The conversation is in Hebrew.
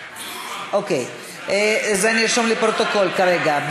אוקיי, את זה נרשום בפרוטוקול כרגע.